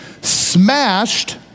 smashed